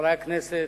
חברי הכנסת,